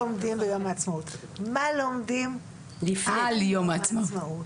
מה לומדים על יום העצמאות?